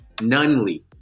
Nunley